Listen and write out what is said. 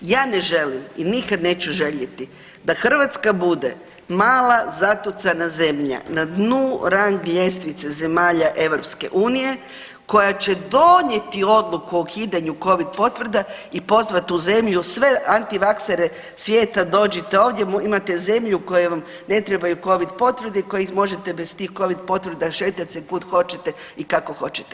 Ja ne želim i nikad neću željeti da Hrvatska bude mala zatucana zemlja na dnu rang ljestvice zemalja EU koja će donijeti odluku o ukidanju Covid potvrda i pozvati u zemlju sve antivaksere svijeta, dođite ovdje, imate zemlju u kojoj vam ne trebaju Covid potvrde, koje možete bez tih Covid potvrda šetat se kud hoćete i kako hoćete.